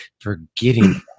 forgetting